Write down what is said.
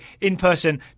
in-person